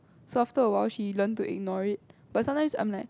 so after a while she learn to ignore it but sometimes I'm like